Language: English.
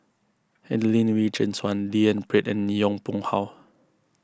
Adelene Wee Chin Suan D N Pritt and Yong Pung How